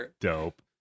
dope